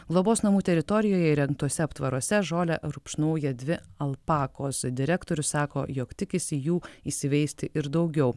globos namų teritorijoje įrengtuose aptvaruose žolę rupšnoja dvi alpakos direktorius sako jog tikisi jų įsiveisti ir daugiau